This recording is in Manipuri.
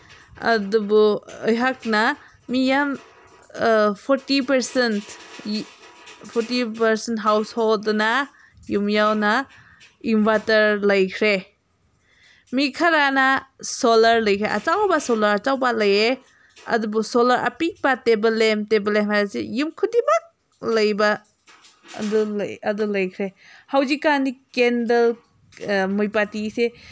ꯑꯗꯨꯕꯨ ꯑꯩꯍꯥꯛꯅ ꯃꯤ ꯌꯥꯝ ꯐꯣꯔꯇꯤ ꯄꯥꯔꯁꯦꯟ ꯐꯣꯔꯇꯤ ꯄꯥꯔꯁꯦꯟ ꯍꯥꯎꯁꯍꯣꯜꯗꯅ ꯌꯨꯝ ꯌꯥꯎꯅ ꯏꯟꯚꯥꯏꯇꯔ ꯂꯩꯈ꯭ꯔꯦ ꯃꯤ ꯈꯔꯅ ꯁꯣꯂꯔ ꯂꯩꯈ꯭ꯔꯦ ꯑꯆꯧꯕ ꯁꯣꯂꯔ ꯑꯆꯧꯕ ꯂꯩꯌꯦ ꯑꯗꯨꯕꯨ ꯁꯣꯂꯔ ꯑꯄꯤꯛꯄ ꯇꯦꯕꯜ ꯂꯦꯝꯞ ꯇꯦꯕꯜ ꯂꯦꯝꯞ ꯍꯥꯏꯕꯁꯦ ꯌꯨꯝ ꯈꯨꯗꯤꯡꯃꯛ ꯂꯩꯕ ꯑꯗꯨ ꯂꯩ ꯑꯗꯨ ꯂꯩꯈ꯭ꯔꯦ ꯍꯧꯖꯤꯛꯀꯥꯟꯗꯤ ꯀꯦꯟꯗꯜ ꯃꯩꯕꯇꯤꯁꯦ